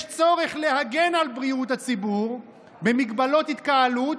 צורך להגן על בריאות הציבור בהגבלות התקהלות,